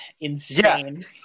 insane